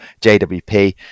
jwp